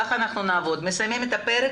כך אנחנו נעבוד: נסיים לקרוא תקנה או פרק,